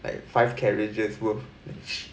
like five carriages worth